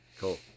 Cool